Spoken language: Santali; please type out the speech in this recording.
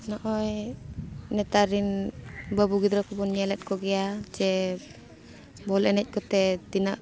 ᱱᱚᱜᱼᱚᱭ ᱱᱮᱛᱟᱨ ᱨᱮᱱ ᱵᱟᱹᱵᱩ ᱜᱤᱫᱽᱨᱟᱹ ᱠᱚᱵᱚᱱ ᱧᱮᱞᱮᱫ ᱠᱚᱜᱮᱭᱟ ᱡᱮ ᱵᱚᱞ ᱮᱱᱮᱡ ᱠᱚᱛᱮ ᱛᱤᱱᱟᱹᱜ